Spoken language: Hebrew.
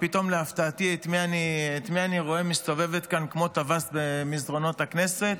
ופתאום את מי אני רואה להפתעתי מסתובבת כאן כמו טווס במסדרונות הכנסת?